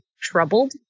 troubled